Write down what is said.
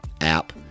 app